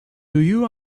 you